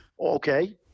Okay